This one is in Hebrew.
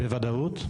בוודאות?